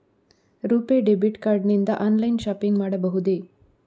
RuPay debit card ನಿಂದ online shopping ಮಾಡಬಹುದೇ?